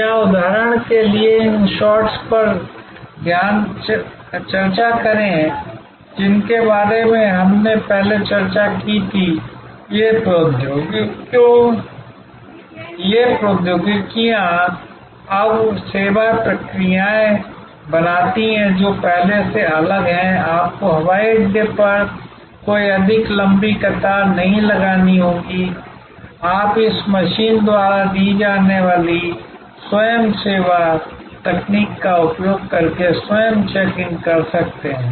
या उदाहरण के लिए इन शॉट्स पर चर्चा करें जिनके बारे में हमने पहले चर्चा की थी कि ये प्रौद्योगिकियाँ अब सेवा प्रक्रियाएँ बनाती हैं जो पहले से अलग हैं आपको हवाई अड्डे पर कोई अधिक लंबी कतार नहीं लगानी होगी आप इस मशीन द्वारा दी जाने वाली स्वयं सेवा तकनीक का उपयोग करके स्वयं चेक इन कर सकते हैं